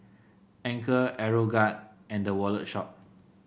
Anchor Aeroguard and The Wallet Shop